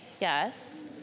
Yes